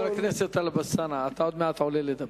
חבר הכנסת טלב אלסאנע, עוד מעט אתה עולה לדבר.